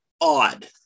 odd